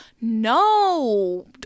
no